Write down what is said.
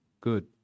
Good